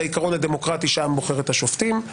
העיקרון הדמוקרטי לפיו העם בוחר את השופטים,